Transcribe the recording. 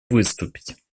выступить